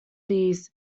these